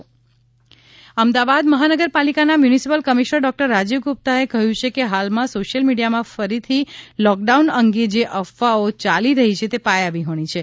રાજીવ કુમાર ગુપ્તા અમદાવાદ મહાનગરપાલિકાના municipal commissioner ડો રાજીવકુમાર ગુપ્તાએ કહ્યુ છે કે હાલમાં સોશિયલ મિડીયામાં ફરીથી લોકડાઉન અંગે જે અફવાઓ યાલી રહી છે તે પાયાવિહોણી છે